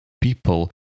people